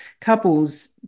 couples